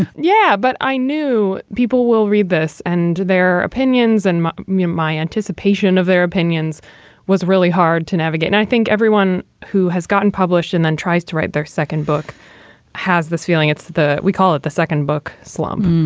yeah. but i knew people will read this and their opinions and mumbai anticipation of their opinions was really hard to navigate. and i think everyone who has gotten published and then tries to write their second book has this feeling. it's the we call it the second book slump.